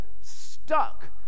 stuck